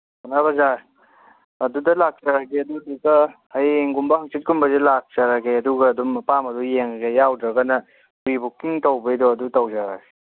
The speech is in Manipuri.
ꯄꯧꯅꯥ ꯕꯖꯥꯔ ꯑꯗꯨꯗ ꯂꯥꯛꯆꯔꯒꯦ ꯑꯗꯨꯗꯨꯒ ꯍꯌꯦꯡꯒꯨꯝꯕ ꯍꯪꯆꯤꯠꯀꯨꯝꯕꯁꯦ ꯂꯥꯛꯆꯔꯒꯦ ꯑꯗꯨꯒ ꯑꯗꯨꯝ ꯑꯄꯥꯝꯕꯗꯣ ꯌꯦꯡꯉꯒꯦ ꯌꯥꯎꯗ꯭ꯔꯒꯅ ꯄ꯭ꯔꯤ ꯕꯨꯀꯤꯡ ꯇꯧꯕꯒꯤꯗꯣ ꯑꯗꯨ ꯇꯧꯖꯔꯒꯦ